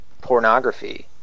pornography